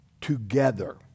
together